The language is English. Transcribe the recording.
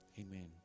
Amen